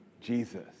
Jesus